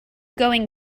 going